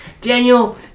Daniel